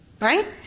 Right